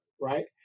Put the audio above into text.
right